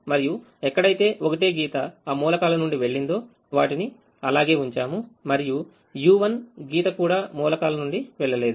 మరియుఎక్కడ అయితే ఒకటే గీతఅ మూలకాల నుండి వెళ్ళిందో వాటిని అలాగే ఉంచాము మరియు u1 గీత కూడా మూలకాల నుండి వెళ్ళలేదు